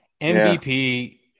MVP